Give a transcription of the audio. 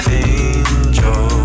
angel